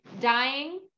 dying